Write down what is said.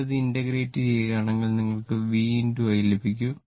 നിങ്ങൾ ഇത് ഇന്റഗ്രേറ്റ് ചെയാണെങ്കിൽ നിങ്ങൾക്ക് V I ലഭിക്കും